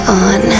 on